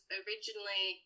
originally